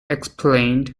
explained